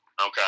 Okay